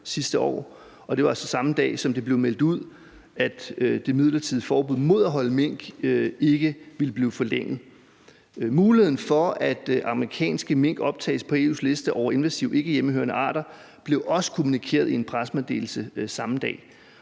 sidste år, og det var altså samme dag, som det blev meldt ud, at det midlertidige forbud mod at holde mink ikke ville blive forlænget. Muligheden for, at amerikansk mink optages på listen over invasive ikkehjemmehørende arter, blev også kommunikeret i en pressemeddelelse samme dag,